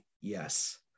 yes